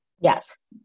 Yes